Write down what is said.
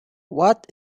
what